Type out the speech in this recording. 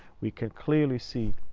we can clearly see